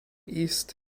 east